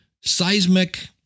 Seismic